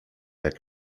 jak